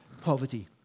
poverty